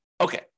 Okay